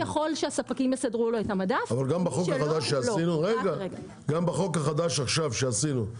שהספקים יסדרו לו את המדף --- גם בחוק החדש שעשינו עכשיו,